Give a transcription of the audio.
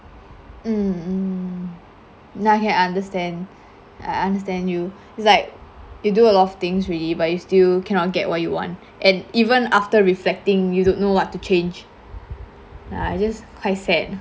mm mm now I can understand I understand you it's like you do a lot of things already but you still cannot get what you want and even after reflecting you don't know what to change uh that's quite sad